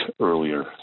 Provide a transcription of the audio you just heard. earlier